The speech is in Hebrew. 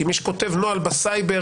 כי מי שכותב נוהל בסייבר,